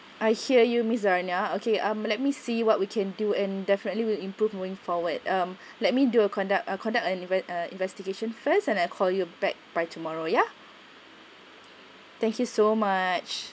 I hear you miss zarina okay um let me see what we can do and definitely will improve moving forward um let me do a conduct conduct a investigation first and I'll call you back by tomorrow ya thank you so much